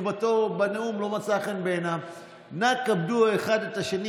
נאומים בני דקה הם בסך הכול דקה, בקושי.